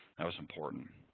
that was important.